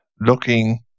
Looking